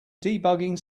debugging